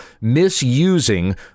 misusing